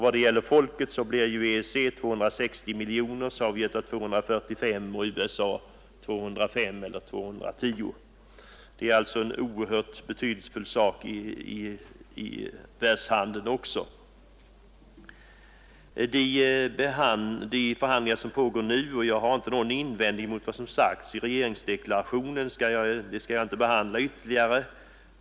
Vad gäller folk mängden blir det ju i EEC 260 miljoner medan Sovjetunionen har 245 miljoner och USA 205 eller 210 miljoner. EEC är alltså en oerhört betydelsefull faktor i världshandeln. Då förhandlingar pågår nu och då jag inte har någon invändning mot vad som sagts i regeringsdeklarationen, skall jag inte nu behandla EEC-frågan ytterligare.